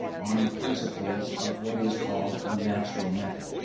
on the principles of what is called the natural method,